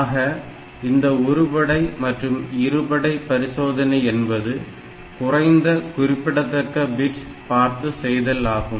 ஆக இந்த ஒருபடை இரு படை odd even பரிசோதனை என்பது குறைந்த குறிப்பிடத்தக்க பிட் பார்த்து செய்தல் ஆகும்